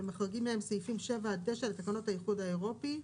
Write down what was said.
ומוחרגים מהם סעיפים 9-7 לתקנות האיחוד האירופי,